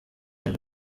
yaje